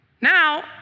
Now